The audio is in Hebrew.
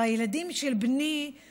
החברים של בני,